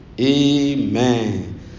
Amen